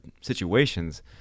situations